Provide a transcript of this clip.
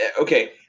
Okay